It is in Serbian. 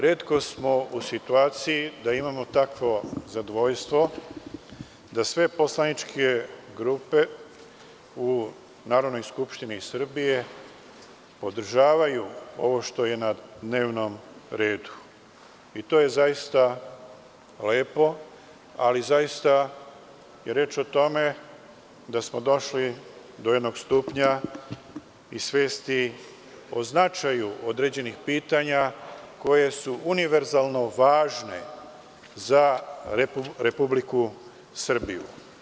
Retko smo u situaciji da imamo takvo zadovoljstvo da sve poslaničke grupe u Narodnoj skupštini Republike Srbije podržavaju ovo što je na dnevnom redu, i to je zaista lepo, ali je reč o tome da smo došli do jednog stupnja i svesti o značaju određenih pitanja koje su univerzalno važne za Republiku Srbiju.